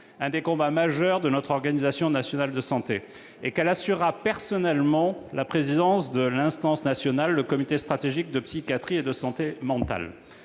l'un des combats majeurs de notre organisation nationale de santé. Elle assurera personnellement la présidence de l'instance nationale, le comité stratégique de psychiatrie et de santé mentale.